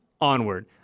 onward